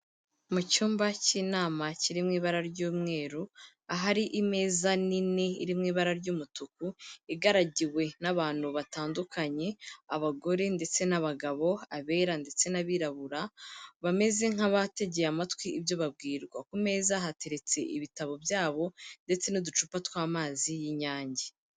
Mu cyumba cy'inama kiri mu ibara ry'umweru ahari imeza nini iri mu ibara ry'umutuku igaragiwe n'abantu batandukanye, abagore ndetse n'abagabo, abera ndetse n'abirabura bameze nk'abategeye amatwi ibyo babwirwa, ku meza hateretse ibitabo byabo ndetse n'uducupa tw'amazi y'inyange.